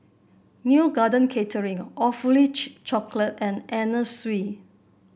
Neo Garden Catering Awfully Chocolate and Anna Sui